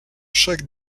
chaque